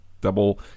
double